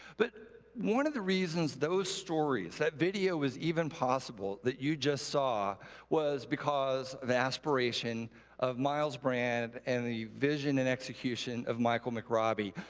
but one of the reasons those stories, that video was even possible that you just saw was because of aspiration of miles brand and the vision and execution of michael mcrobbie.